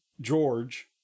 george